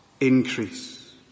increase